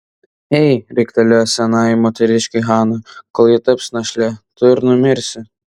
ei riktelėjo senajai moteriškei hana kol ji taps našle tu ir numirsi